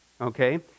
okay